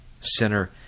Sinner